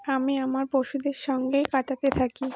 আমি আমার পশুদের সঙ্গেই কাটাতে থাকি